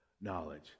knowledge